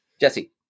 Jesse